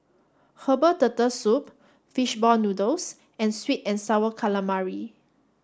herbal turtle soup fish ball noodles and sweet and sour calamari